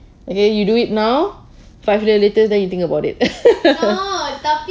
okay you do it now five years later then you think about it